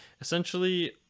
essentially